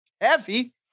Heavy